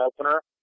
opener